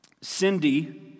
Cindy